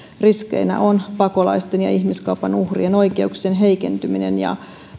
riskeinä ovat pakolaisten ja ihmiskaupan uhrien oikeuksien heikentyminen ja